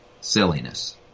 silliness